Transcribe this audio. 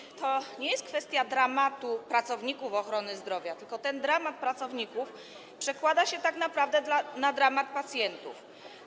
I to nie jest kwestia tylko dramatu pracowników ochrony zdrowia, bo ten dramat pracowników przekłada się tak naprawdę na dramat pacjentów.